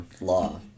Law